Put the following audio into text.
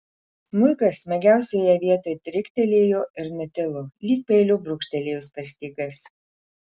smuikas smagiausioje vietoj riktelėjo ir nutilo lyg peiliu brūkštelėjus per stygas